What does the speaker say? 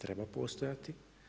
Treba postojati.